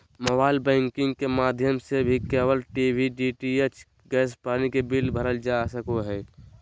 mobile banking के माध्यम से भी केबल टी.वी, डी.टी.एच, गैस, पानी के बिल भरल जा सको हय